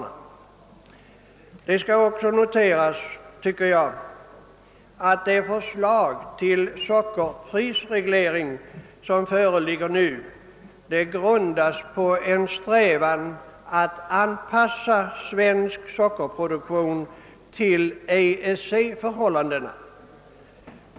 Jag tycker att det bör noteras att nu föreliggande förslag till sockerprisreglering är grundat på en strävan att anpassa svensk sockerproduktion till EEC-förhållandena.